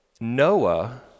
Noah